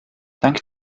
dank